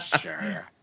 Sure